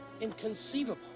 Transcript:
Inconceivable